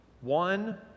One